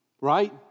Right